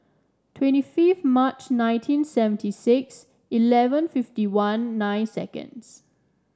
twenty fifth March nineteen seventy six eleven fifty one nine seconds